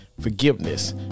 forgiveness